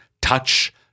touch